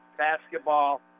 basketball